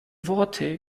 worte